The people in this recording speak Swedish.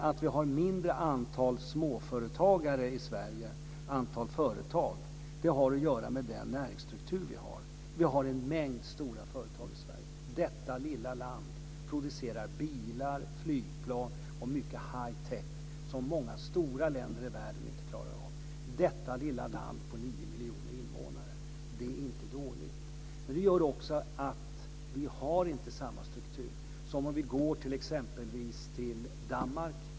Att vi sedan har ett mindre antal småföretagare i Sverige, antal företag, har att göra med den näringsstruktur som vi har. Vi har en mängd stora företag i Sverige. Detta lilla land producerar bilar, flygplan och mycket hightech som många stora länder i världen inte klarar av, detta lilla land på 9 miljoner invånare. Det är inte dåligt. Det gör också att vi inte har samma struktur som i exempelvis Danmark.